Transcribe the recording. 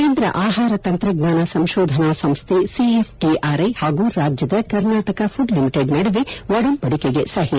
ಕೇಂದ್ರ ಆಹಾರ ತಂತ್ರಜ್ಞಾನ ಸಂಶೋಧನಾ ಸಂಸ್ಕೆ ಸಿಎಫ್ ಟಿಆರ್ಐ ಹಾಗೂ ರಾಜ್ಯದ ಕರ್ನಾಟಕ ಪುಡ್ ಲಿಮಿಟೆಡ್ ನಡುವೆ ಒಡಂಬಡಿಕೆಗೆ ಸಹಿ